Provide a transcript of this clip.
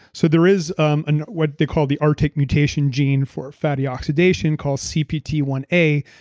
so there is, um and what they call the arctic mutation gene for fatty oxidation called c p t one a,